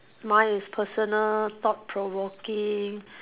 mine is personal thought provoking